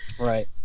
right